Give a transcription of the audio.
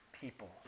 people